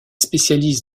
spécialiste